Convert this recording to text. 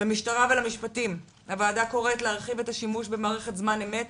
למשטרה ולמשפטים הוועדה קוראת להרחיב את השימוש במערכת זמן אמת,